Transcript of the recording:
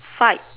fight